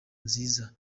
nziza